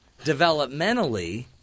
developmentally